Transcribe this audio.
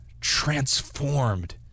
transformed